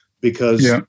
because-